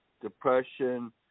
depression